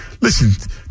listen